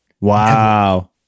Wow